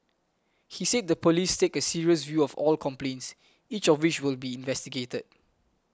he said the police take a serious view of all complaints each of which will be investigated